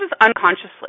unconsciously